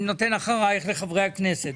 אני נותן אחרייך לחברי הכנסת.